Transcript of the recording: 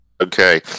Okay